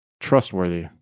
trustworthy